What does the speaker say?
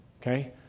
Okay